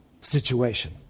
situation